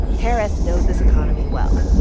harris knows this economy well.